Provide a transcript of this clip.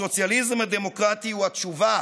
הסוציאליזם הדמוקרטי הוא התשובה